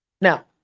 now